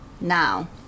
Now